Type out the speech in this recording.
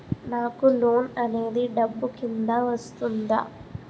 నాకు లోన్ అనేది డబ్బు కిందా వస్తుందా?